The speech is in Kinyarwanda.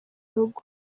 rugo